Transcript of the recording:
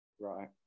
right